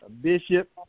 Bishop